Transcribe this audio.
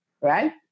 right